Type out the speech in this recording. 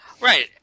Right